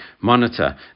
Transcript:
monitor